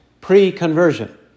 pre-conversion